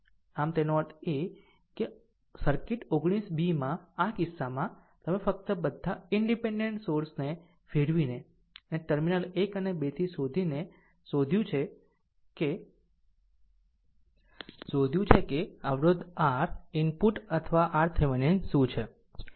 આમ તેનો અર્થ એ કે સર્કિટ 19 b માં આ કિસ્સામાં તમે ફક્ત બધા ઈનડીપેનડેન્ટ સોર્સને ફેરવીને અને ટર્મિનલ 1 અને 2 થી શોધીને શોધયું છે કે અવરોધ આર ઇનપુટ અથવા RThevenin શું છે